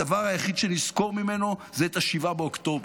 הדבר היחיד שנזכור ממנו זה 7 באוקטובר.